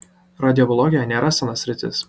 radiobiologija nėra sena sritis